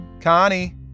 Connie